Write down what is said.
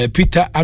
Peter